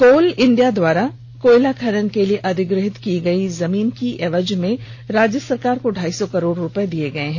कोल India द्वारा कोयला खनन के लिए अधिग्रहित की गयी जमीन की एवज में राज्य सरकार को ढाई सौ करोड़ रूपये दिये गये हैं